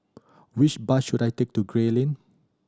which bus should I take to Gray Lane